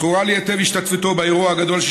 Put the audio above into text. זכורה לי היטב השתתפותו באירוע הגדול של